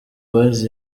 boyz